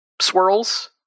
swirls